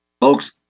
Folks